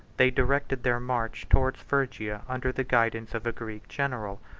they directed their march towards phrygia under the guidance of a greek general,